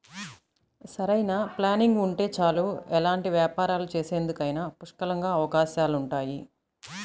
సరైన ప్లానింగ్ ఉంటే చాలు ఎలాంటి వ్యాపారాలు చేసేందుకైనా పుష్కలంగా అవకాశాలుంటాయి